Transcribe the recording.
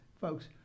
folks